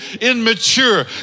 immature